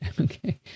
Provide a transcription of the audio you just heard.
Okay